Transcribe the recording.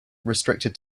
restricted